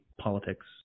politics